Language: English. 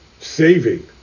Saving